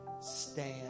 Stand